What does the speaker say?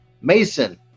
Mason